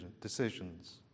decisions